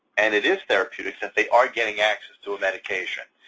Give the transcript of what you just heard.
and it is therapeutic, since they are getting access to a medication.